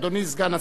אדוני סגן השר.